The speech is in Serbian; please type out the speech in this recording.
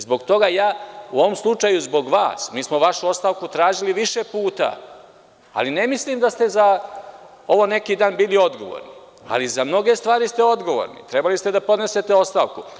Zbog toga ja, u ovom slučaju zbog vas, mi smo vašu ostavku tražili više puta, ne mislim da ste za ovo neki dan bili odgovorni, ali za mnoge stvari ste odgovorni, trebalo je da podnesete ostavku.